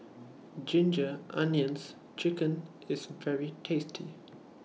Ginger Onions Chicken IS very tasty